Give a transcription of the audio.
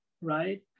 right